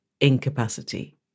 incapacity